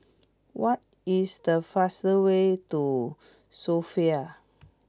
what is the fast way to Sofia